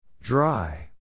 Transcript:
Dry